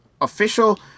official